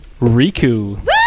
Riku